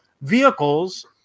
vehicles